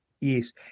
Yes